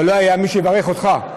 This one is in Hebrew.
אבל לא היה מי שיברך אותך,